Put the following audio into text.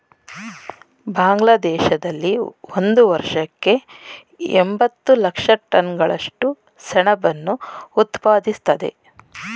ಬಾಂಗ್ಲಾದೇಶದಲ್ಲಿ ಒಂದು ವರ್ಷಕ್ಕೆ ಎಂಬತ್ತು ಲಕ್ಷ ಟನ್ಗಳಷ್ಟು ಸೆಣಬನ್ನು ಉತ್ಪಾದಿಸ್ತದೆ